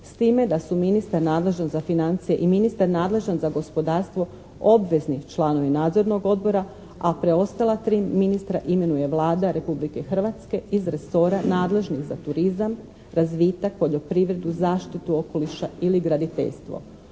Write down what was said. s time da su ministar nadležan za financije i ministar nadležan za gospodarstvo obvezni članovi nadzornog odbora, a preostala 3 ministra imenuje Vlada Republike Hrvatske iz resora nadležnih za turizma, razvitak, poljoprivredu, zaštitu okoliša ili graditeljstvo.